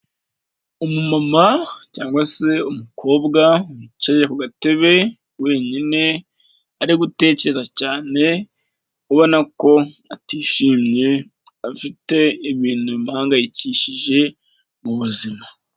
Umumama cyangwa se umukobwa wicaye ku gatebe wenyine ari gutekereza cyane, ubona ko atishimye afite ibintu bimuhangayikishije mu buzima